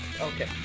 Okay